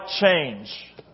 change